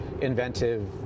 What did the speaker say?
inventive